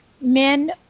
men